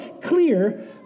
clear